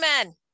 amen